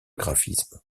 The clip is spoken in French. graphisme